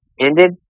ended